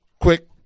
quick